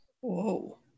Whoa